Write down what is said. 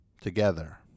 Together